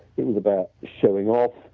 it was about showing off,